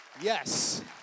Yes